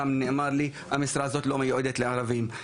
גם נאמר לי המשרה הזאת לא מיועדת לערבים.